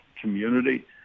community